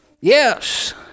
Yes